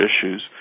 issues